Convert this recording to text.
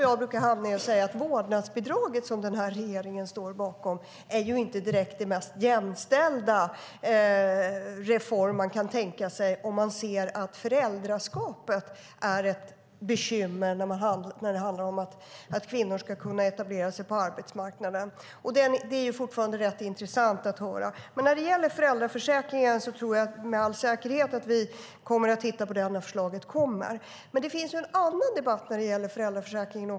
Jag brukar säga att vårdnadsbidraget, som den här regeringen står bakom, inte är den mest jämställda reform man kan tänka sig om man ser att föräldraskapet är ett bekymmer när det gäller att kvinnor ska kunna etablera sig på arbetsmarknaden. Det är fortfarande rätt intressant att höra. Vi kommer säkert att titta på föräldraförsäkringen när förslaget kommer. Det finns en annan debatt när det gäller föräldraförsäkringen.